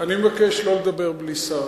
אני מבקש לא לדבר בלי שר.